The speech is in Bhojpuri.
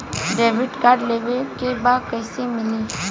डेबिट कार्ड लेवे के बा कईसे मिली?